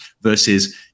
versus